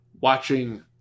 watching